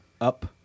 Up